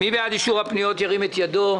מי בעד אישור הפניות, ירים את ידו.